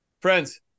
Friends